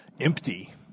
empty